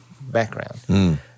background